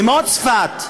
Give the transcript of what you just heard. כמו צפת,